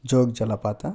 ಜೋಗ ಜಲಪಾತ